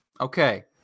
Okay